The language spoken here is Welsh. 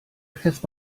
peth